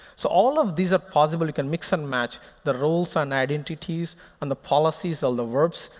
so all of these are possible. you can mix and match the roles and identities and the policies of the verbs.